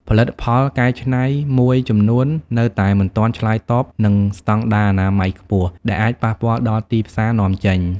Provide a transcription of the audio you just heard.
ផលិតផលកែច្នៃមួយចំនួននៅតែមិនទាន់ឆ្លើយតបនឹងស្តង់ដារអនាម័យខ្ពស់ ដែលអាចប៉ះពាល់ដល់ទីផ្សារនាំចេញ។